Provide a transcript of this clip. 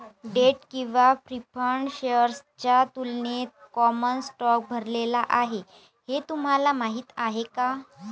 Date किंवा preferred शेअर्सच्या तुलनेत कॉमन स्टॉक भरलेला आहे हे तुम्हाला माहीत आहे का?